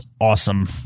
awesome